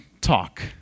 talk